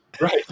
right